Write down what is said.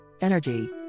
Energy